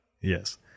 Yes